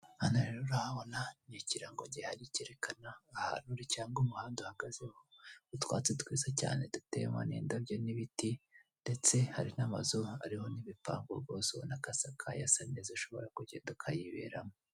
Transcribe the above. Hano rero urahabona ikirango gihari cyerekana ahantu uri cyangwa umuhanda uhagazeho, utwatsi twiza cyane duteyemo n'indabyo n'ibiti, ndetse hari n'amazu, hariho n'ibipangu rwose ubona ko asakaye asa neza ushobora kugenda ukayiberamo.